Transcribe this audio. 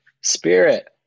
Spirit